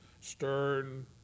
stern